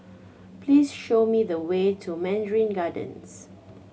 please show me the way to Mandarin Gardens